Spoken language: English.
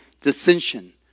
dissension